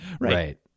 Right